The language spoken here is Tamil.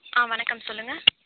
ஆ வணக்கம் சொல்லுங்கள்